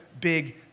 big